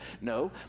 No